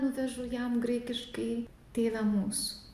nuvežu jam graikiškai tėve mūsų